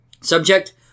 Subject